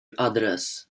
adres